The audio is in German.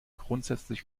grundsätzlich